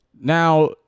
Now